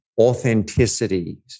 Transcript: authenticity